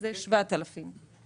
זה 7,000 שקל.